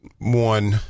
One